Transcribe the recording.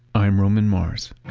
i'm roman mars